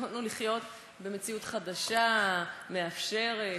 יכולנו לחיות במציאות חדשה, מאפשרת.